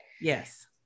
Yes